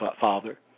Father